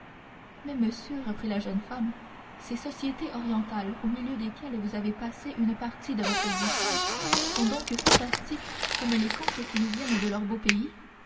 mais monsieur reprit la jeune femme ces sociétés orientales au milieu desquelles vous avez passé une partie de votre existence sont donc fantastiques comme les contes qui nous viennent de leur beau pays